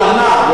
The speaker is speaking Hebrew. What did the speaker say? הוא ענה.